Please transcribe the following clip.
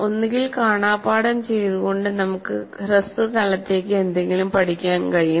ഒന്നുകിൽ കാണാപ്പാഠം ചെയ്തുകൊണ്ട് നമുക്ക് ഹ്രസ്വകാലത്തേക്ക് എന്തെങ്കിലും പഠിക്കാൻ കഴിയും